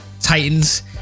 titans